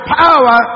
power